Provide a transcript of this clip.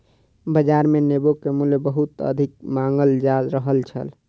बाजार मे नेबो के मूल्य बहुत अधिक मांगल जा रहल छल